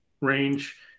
range